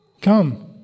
Come